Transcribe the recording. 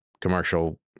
commercial